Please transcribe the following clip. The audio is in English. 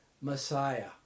Messiah